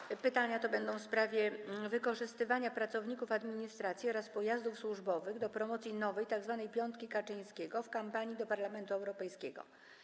Będzie to pytanie w sprawie wykorzystywania pracowników administracji oraz pojazdów służbowych do promocji nowej tzw. piątki Kaczyńskiego w kampanii do Parlamentu Europejskiego.